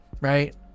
right